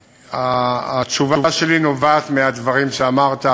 התשובה שלי נובעת מהדברים שאמרת,